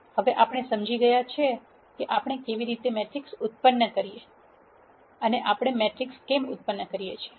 હવે આપણે સમજી ગયા છે કે આપણે કેવી રીતે મેટ્રિક્સ ઉત્પન્ન કરીએ છીએ અને આપણે મેટ્રિક્સ કેમ ઉત્પન્ન કરીએ છીએ